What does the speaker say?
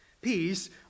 peace